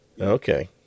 okay